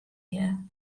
here